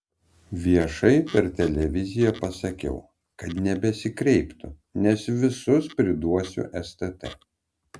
viešai per televiziją pasakiau kad nebesikreiptų nes visus priduosiu stt